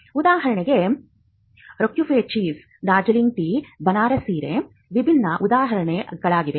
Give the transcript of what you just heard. ಉದಾಹರಣೆಗೆ Roquefort cheese Darjeeling tea Banaras ಸೀರೆ ವಿಭಿನ್ನ ಉದಾಹರಣೆಗಳಾಗಿವೆ